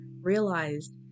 realized